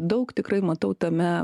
daug tikrai matau tame